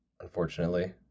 unfortunately